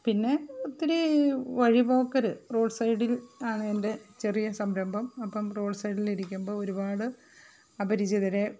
പിന്നെ ഒത്തിരി വഴിപോക്കർ റോഡ് സൈഡില് ആണെന്റെ ചെറിയ സംരംഭം അപ്പം റോഡ് സൈഡിൽ ഇരിക്കുമ്പോൾ ഒരുപാട് അപരിചിതരെ